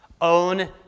own